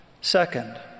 Second